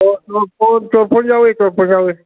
ꯆꯣꯔꯐꯣꯟ ꯆꯣꯔꯐꯣꯟ ꯌꯥꯎꯋꯤ ꯆꯣꯔꯐꯣꯟ ꯌꯥꯎꯋꯤ